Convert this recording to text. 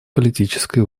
политической